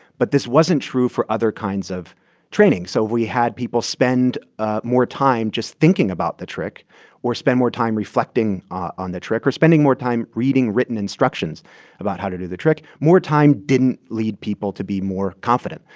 but this wasn't true for other kinds of training. so we had people spend ah more time just thinking about the trick or spend more time reflecting on the trick or spending more time reading written instructions about how to do the trick. more time didn't lead people to be more confident.